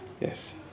Yes